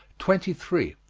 twenty three.